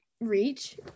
Reach